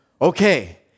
Okay